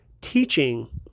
teaching